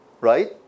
right